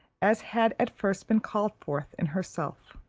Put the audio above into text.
as had at first been called forth in herself.